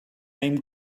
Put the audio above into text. name